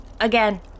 again